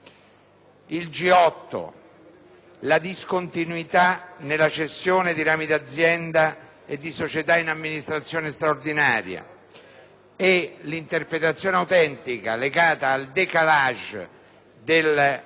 il G8, la discontinuità nella cessione di rami d'azienda e di società in amministrazione straordinaria e l'interpretazione autentica legata al *décalage* del